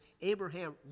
Abraham